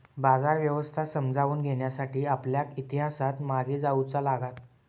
बाजार व्यवस्था समजावून घेण्यासाठी आपल्याक इतिहासात मागे जाऊचा लागात